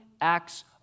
acts